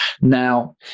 Now